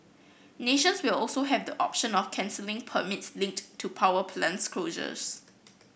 nations will also have the option of cancelling permits linked to power plant closures